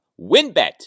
WinBet